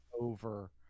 over